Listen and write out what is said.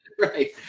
right